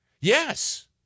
Yes